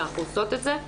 ואנחנו עושות את זה.